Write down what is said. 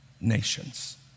nations